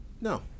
No